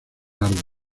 árbol